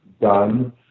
done